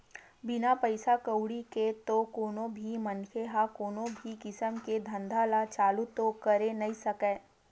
बिना पइसा कउड़ी के तो कोनो भी मनखे ह कोनो भी किसम के धंधा ल चालू तो करे नइ सकय